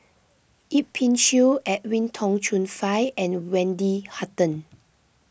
Yip Pin Xiu Edwin Tong Chun Fai and Wendy Hutton